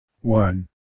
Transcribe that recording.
One